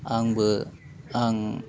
आंबो आं